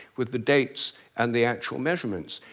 with the dates, and the actual measurements,